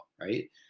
right